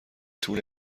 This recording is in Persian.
طول